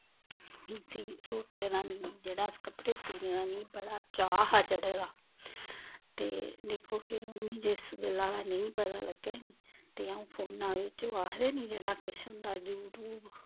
सुटें दा मिगी जेह्ड़ा कपड़े सीह्ने दा मिगी बड़ा चाऽ हा चढ़े दा ते दिक्खो फिर मिगी जिस गल्ला दा नेईं पता लग्गै नी ते अ'ऊं फोना बिच ओह् आखदे नी जेह्ड़ा किश होंदा यूट्यूब